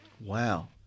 Wow